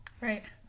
Right